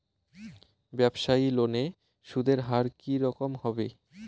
ব্যবসায়ী লোনে সুদের হার কি রকম হবে?